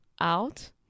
out